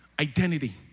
identity